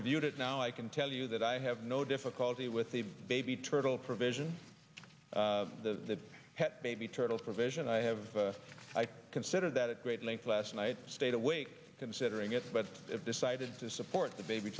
reviewed it now i can tell you that i have no difficulty with the baby turtle provision the baby turtles provision i have i consider that at great length last night stayed awake considering it but decided to support the baby